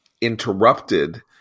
interrupted